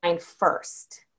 first